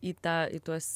į tą į tuos